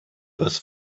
was